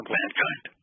mankind